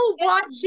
watching